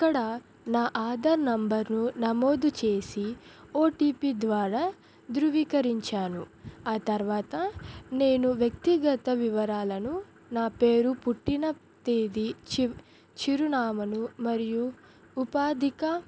అక్కడ నా ఆధార్ నంబర్ను నమోదు చేసి ఓటీపీ ద్వారా ధృవీకరించాను ఆ తర్వాత నేను వ్యక్తిగత వివరాలను నా పేరు పుట్టిన తేదీ చి చిరునామను మరియు ఉపాధిక